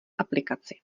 aplikaci